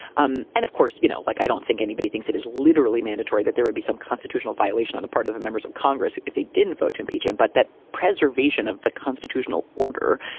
um and, of course, you know, like i don't think anybody thinks it is literally mandatory that there would be some constitutional violation on the part of the members of congress if they didn't vote to impeach him. but that preservation of the constitutional order,